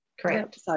Correct